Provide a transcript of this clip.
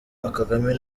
kagame